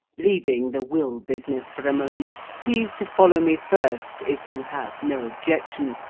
leaving the will-business for a moment, please to follow me first, if you have no objection,